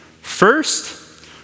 First